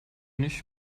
nicht